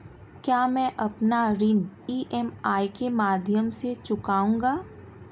क्या मैं अपना ऋण ई.एम.आई के माध्यम से चुकाऊंगा?